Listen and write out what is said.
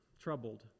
troubled